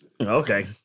Okay